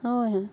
ᱦᱳᱭ ᱦᱮᱸ